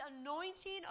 anointing